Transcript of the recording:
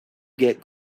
get